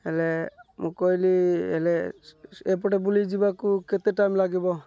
ହେଲେ ମୁଁ କହିଲି ହେଲେ ଏପଟେ ବୁଲିଯିବାକୁ କେତେ ଟାଇମ୍ ଲାଗିବ